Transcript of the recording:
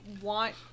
want